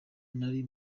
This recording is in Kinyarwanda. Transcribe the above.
nari